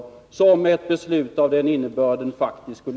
Detta skulle faktiskt ett beslut av den här innebörden leda till.